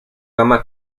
gamma